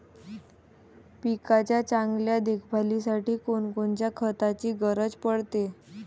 पिकाच्या चांगल्या देखभालीसाठी कोनकोनच्या खताची गरज पडते?